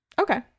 Okay